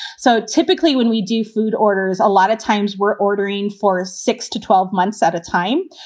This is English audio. so typically when we do food orders, a lot of times we're ordering for a six to twelve months at a time.